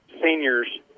seniors